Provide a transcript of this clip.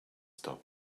stop